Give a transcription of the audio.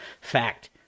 Fact